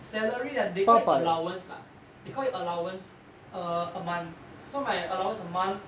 salary ah they call it allowance lah they call it allowance err a month so my allowance a month